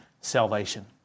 salvation